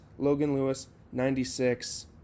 loganlewis96